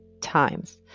times